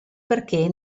perché